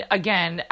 again